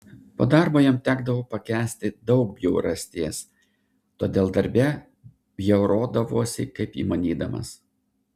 po darbo jam tekdavo pakęsti daug bjaurasties todėl darbe bjaurodavosi kaip įmanydamas